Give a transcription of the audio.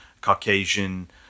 Caucasian